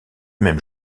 même